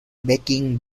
backing